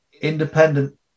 independent